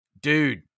dude